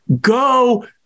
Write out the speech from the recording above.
Go